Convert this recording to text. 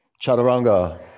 chaturanga